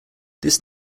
this